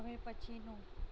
હવે પછીનું